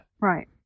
Right